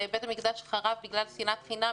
שבית המקדש חרב בגלל שנאת חינם,